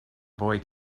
boy